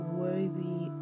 worthy